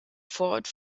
vorort